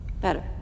Better